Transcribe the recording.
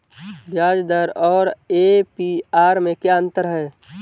ब्याज दर और ए.पी.आर में क्या अंतर है?